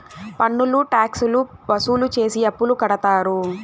పన్నులు ట్యాక్స్ లు వసూలు చేసి అప్పులు కడతారు